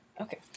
Okay